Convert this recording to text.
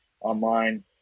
online